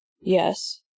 Yes